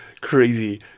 crazy